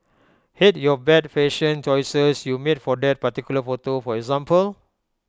hate your bad fashion choices you made for that particular photo for example